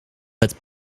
het